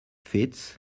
fits